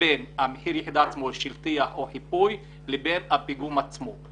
בין המחיר לטיח וחיפוי לבין הפיגום עצמו.